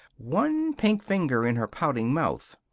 one pink finger in her pouting mouth.